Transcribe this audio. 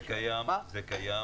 זה קיים